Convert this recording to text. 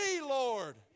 Lord